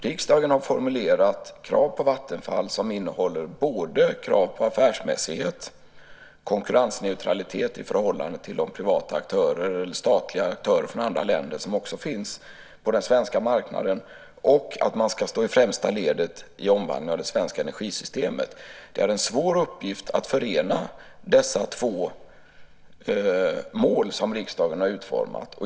Riksdagen har formulerat krav på Vattenfall som innehåller både affärsmässighet, konkurrensneutralitet i förhållande till de privata eller statliga aktörer från andra länder som också finns på den svenska marknaden och att man ska stå i främsta ledet i omvandlingen av det svenska energisystemet. Det är en svår uppgift att förena dessa två mål som riksdagen har utformat.